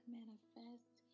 manifest